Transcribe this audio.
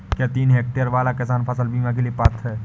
क्या तीन हेक्टेयर वाला किसान फसल बीमा के लिए पात्र हैं?